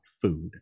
food